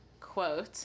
Quote